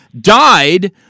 died